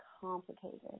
complicated